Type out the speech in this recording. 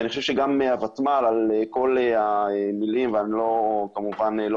אני חושב שגם הוותמ"ל על כל המלים וכמובן אני לא